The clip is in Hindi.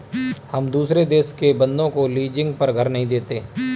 हम दुसरे देश के बन्दों को लीजिंग पर घर नहीं देते